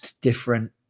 different